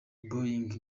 boeing